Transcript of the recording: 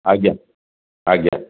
ଆଜ୍ଞା ଆଜ୍ଞା